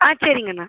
ஆ சரிங்கண்ணா